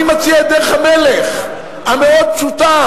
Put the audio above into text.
אני מציע את דרך המלך, המאוד-פשוטה,